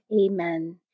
Amen